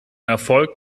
erfolg